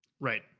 Right